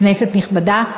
כנסת נכבדה,